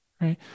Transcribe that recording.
right